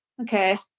okay